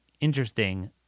interesting